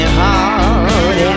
hard